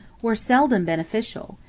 were seldom beneficial,